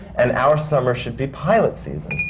and our summer should be pilot season.